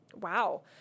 Wow